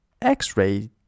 x-ray